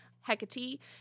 Hecate